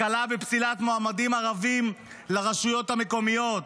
הקלה בפסילת מועמדים ערבים לרשויות המקומיות,